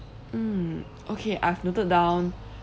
mm okay I've noted down